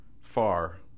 far